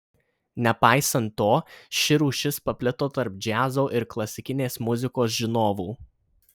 nepaisant to ši rūšis paplito tarp džiazo ir klasikinės muzikos žinovų